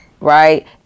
right